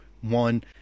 one